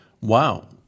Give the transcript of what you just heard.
wow